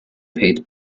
peat